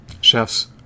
chefs